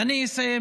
ואני אסיים,